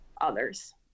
others